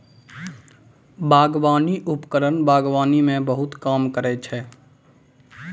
बागबानी उपकरण बागबानी म बहुत काम करै छै?